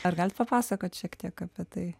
ar galit papasakot šiek tiek apie tai